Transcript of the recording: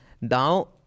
now